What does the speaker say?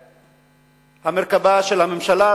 במרכבה של הממשלה,